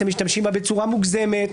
אתם משתמשים בה בצורה מוגזמת,